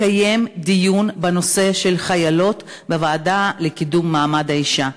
לקיים דיון בנושא של החיילות בוועדה לקידום מעמד האישה.